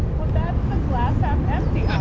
well, that's the glass half empty um